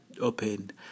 opened